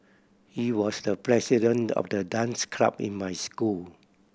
he was the president of the dance club in my school